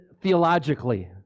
theologically